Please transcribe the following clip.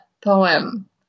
poem